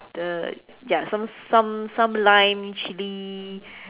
the ya some some some lime chilli